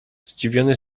zdziwiony